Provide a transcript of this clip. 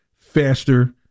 faster